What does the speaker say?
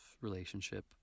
relationship